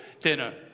dinner